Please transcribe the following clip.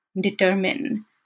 determine